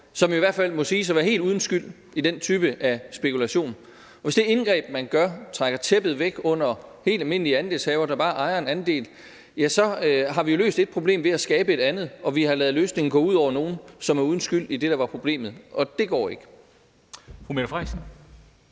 som i hvert fald må siges at være helt uden skyld i den type af spekulation, og hvis det indgreb, man laver, trækker tæppet væk under helt almindelige andelshavere, der bare ejer en andel, ja, så har vi jo løst ét problem ved at skabe et andet, og vi har ladet løsningen gå ud over nogen, som er uden skyld i det, der var problemet, og det går ikke.